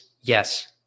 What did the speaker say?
Yes